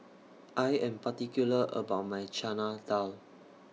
I Am particular about My Chana Dal